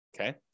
okay